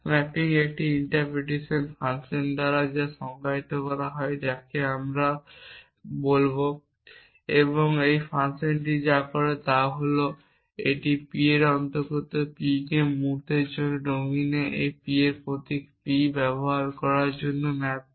mapping একটি interpretation function দ্বারা সংজ্ঞায়িত করা হয় যাকে আমরা বলব I এবং এই ফাংশনটি যা করে তা হল এটি P এর অন্তর্গত প্রতিটি P কে এই মুহুর্তের জন্য ডোমিনে একটি প্রতীক p I ব্যবহার করার জন্য ম্যাপ করে